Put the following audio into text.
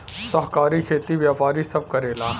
सहकारी खेती व्यापारी सब करेला